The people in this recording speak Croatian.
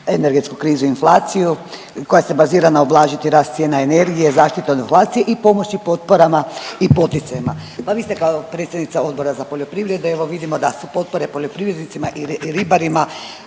energetsku krizu i inflaciju koja se bazira na ublažiti rast cijena energije, zaštite od inflacije i pomoći potporama i poticajima. Pa vi ste kao predsjednica Odbora za poljoprivredu, evo vidimo da su potpore poljoprivrednicima i ribarima